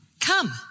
Come